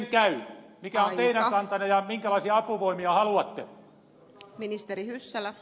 mikä on teidän kantanne ja minkälaisia apuvoimia haluatte